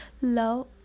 love